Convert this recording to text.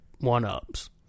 one-ups